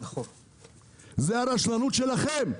זו הרשלנות שלכם,